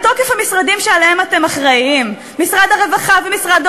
בתוקף המשרדים שלהם אתם אחראים: משרד האוצר,